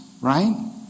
right